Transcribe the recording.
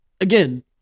again